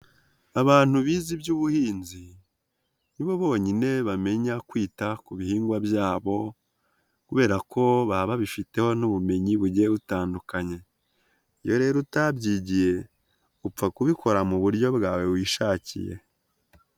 Abantu bize iby'ubuhinzi ni bo bonyine bamenya kwita ku bihingwa byabo, kubera ko baba babifiteho n'ubumenyi bugiye butandukanye, iyo rero utabyigiye upfa kubikora mu buryo bwawe wishakiye.